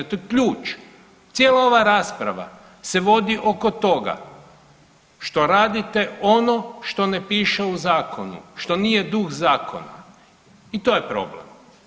To je ključ, cijela ova rasprava se vodi oko toga što radite ono što ne piše u Zakonu, što nije duh zakona i to je problem.